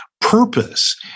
purpose